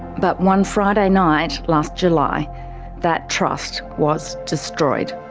but one friday night last july that trust was destroyed.